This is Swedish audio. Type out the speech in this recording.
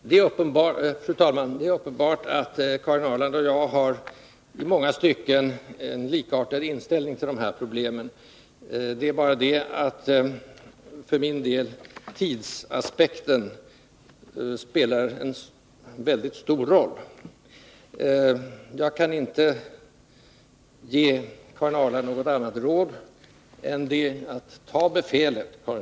Fru talman! Det är uppenbart att Karin Ahrland och jag i många stycken har en likartad inställning till dessa problem. Det är bara det att tidsaspekten för min del spelar en mycket stor roll. Det enda besked som återstår för mig att ge är: Ta befälet, Karin Ahrland!